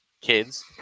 Kids